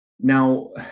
now